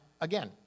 again